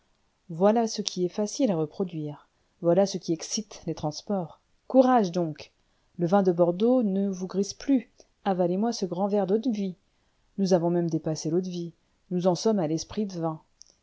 voilà ce qui est facile à reproduire voilà ce qui excite les transports courage donc le vin de bordeaux ne vous grise plus avalez moi ce grand verre d'eau-de-vie nous avons même dépassé l'eau-de-vie nous en sommes à lesprit de vin